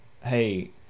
hey